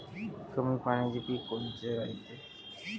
कमी पाण्याचे पीक कोनचे रायते?